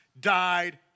died